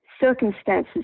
circumstances